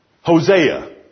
Hosea